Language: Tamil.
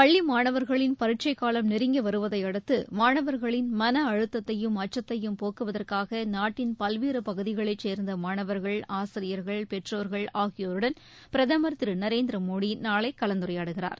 பள்ளி மாணவர்களின் பரிட்சை காலம் நெருங்கி வருதையடுத்து மாணவர்களின் மன அழுத்தத்தையும் அச்சத்தையும் போக்குவதற்காக நாட்டின் பல்வேறு பகுதிகளைச் சேர்ந்த மாணவர்கள் ஆசிரியர்கள் பெற்றோர்கள் ஆகியோருடன் பிரதமர் திரு நரேந்திரமோடி நாளை கலந்துரையாடுகிறார்